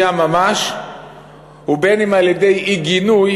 ובין אם על-ידי אי-גינוי,